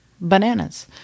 bananas